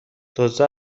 دزدا